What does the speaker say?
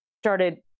started